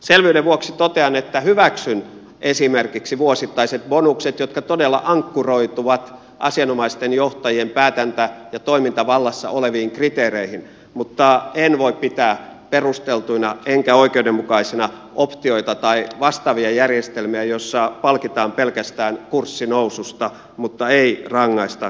selvyyden vuoksi totean että hyväksyn esimerkiksi vuosittaiset bonukset jotka todella ankkuroituvat asianomaisten johtajien päätäntä ja toimintavallassa oleviin kriteereihin mutta en voi pitää perusteltuina enkä oikeudenmukaisina optioita tai vastaavia järjestelmiä joissa pelkästään palkitaan kurssinoususta mutta ei rangaista kurssilaskusta